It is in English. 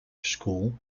school